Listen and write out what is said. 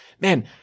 man